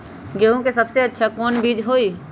गेंहू के सबसे अच्छा कौन बीज होई?